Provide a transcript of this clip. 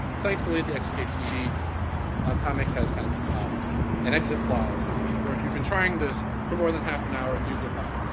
thankfully, the x-case cd ah comic has kind of an exit clause where if you've been trying this for more than half an hour, you give up.